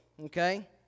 Okay